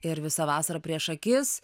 ir visą vasarą prieš akis